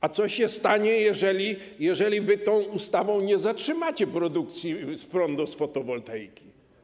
A co się stanie, jeżeli wy tą ustawą nie zatrzymacie produkcji prądu z fotowoltaiki?